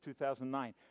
2009